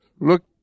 look